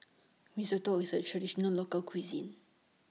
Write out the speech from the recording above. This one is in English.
Risotto IS A Traditional Local Cuisine